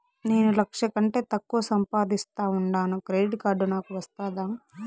నేను లక్ష కంటే తక్కువ సంపాదిస్తా ఉండాను క్రెడిట్ కార్డు నాకు వస్తాదా